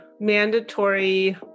mandatory